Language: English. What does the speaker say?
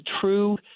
true